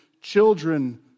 children